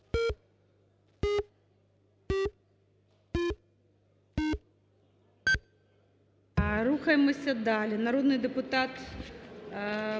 Рухаємося далі. Народний депутат